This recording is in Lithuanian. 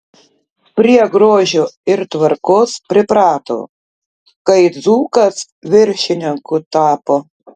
prie grožio ir tvarkos priprato kai dzūkas viršininku tapo